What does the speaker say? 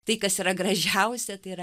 tai kas yra gražiausia tai yra